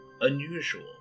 unusual